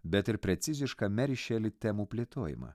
bet ir precizišką meri šeli temų plėtojimą